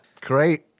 Great